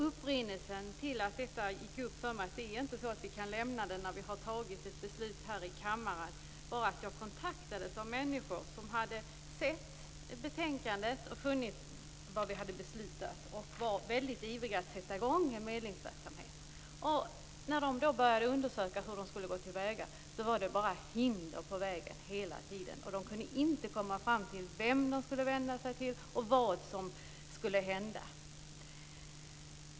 Upprinnelsen till att det gick upp för mig att vi inte kan lämna detta fast vi har fattat beslut här i kammaren, var att jag kontaktades av människor som hade sett betänkandet och funnit vad vi hade beslutat. De var väldigt ivriga att sätta i gång med medlingsverksamhet. När de då började undersöka hur de skulle gå till väga var det bara hinder på vägen hela tiden. De kunde inte komma fram till vem de skulle vända sig till och vad som skulle hända.